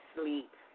sleep